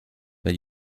weil